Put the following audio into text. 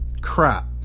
crap